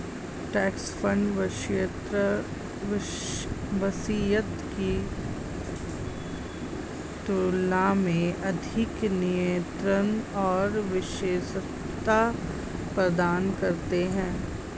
trust fund वसीयत की तुलना में अधिक नियंत्रण और विशिष्टता प्रदान करते हैं